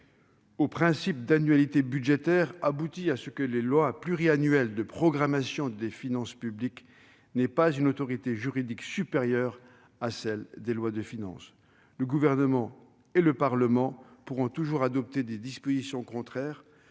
au principe d'annualité budgétaire prive les lois pluriannuelles de programmation des finances publiques d'une autorité juridique supérieure à celle des lois de finances. Le Gouvernement et le Parlement pourront toujours adopter des dispositions contraires